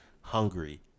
hungry